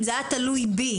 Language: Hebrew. אם זה היה תלוי בי,